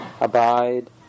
abide